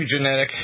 epigenetic